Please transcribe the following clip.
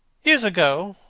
years ago,